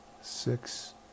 six